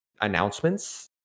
announcements